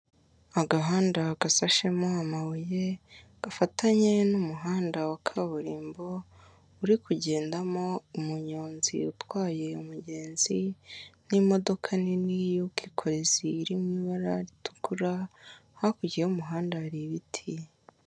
Agahanda gasashemo amabuye gafatanye n'umuhanda wa kaburimbo uri kugendamo umunyonzi utwaye umugenzi n'imodoka nini y'ubwikorezi iri mu ibara ritukura hakurya y'umuhanda hari ibiti.